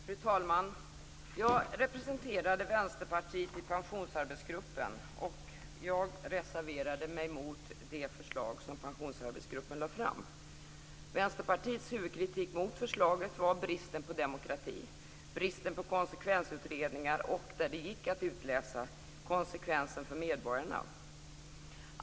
Fru talman! Jag representerade Vänsterpartiet i pensionsarbetsgruppen, och jag reserverade mig mot det förslag som pensionsarbetsgruppen lade fram. Vänsterpartiets huvudkritik mot förslaget var bristen på demokrati, bristen på konsekvensutredningar och - där de gick att utläsa - konsekvenserna för medborgarna.